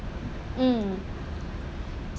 mmhmm